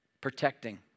protecting